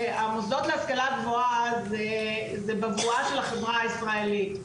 המוסדות להשכלה הגבוהה זה בבועה של החברה הישראלית.